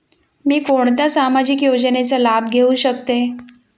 मी कोणत्या सामाजिक योजनेचा लाभ घेऊ शकते?